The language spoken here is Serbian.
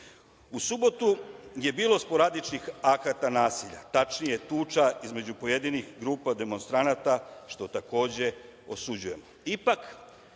subotu je bilo sporadičnih akata nasilja, tačnije tuča između pojedinih grupa demonstranata, što takođe osuđujem. Ipak,